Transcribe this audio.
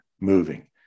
moving